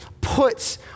puts